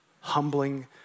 humbling